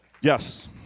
Yes